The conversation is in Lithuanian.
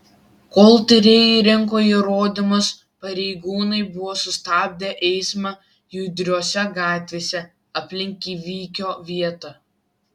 kol tyrėjai rinko įrodymus pareigūnai buvo sustabdę eismą judriose gatvėse aplink įvykio vietą